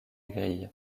grille